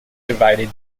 divided